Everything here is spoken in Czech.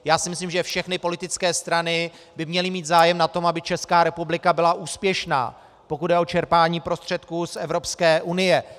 Já si myslím, že všechny politické strany by měly mít zájem na tom, aby Česká republika byla úspěšná, pokud jde o čerpání prostředků z Evropské unie.